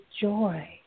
joy